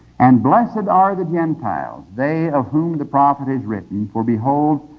and blessed are the gentiles, they of whom the prophet has written for behold,